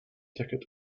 ticket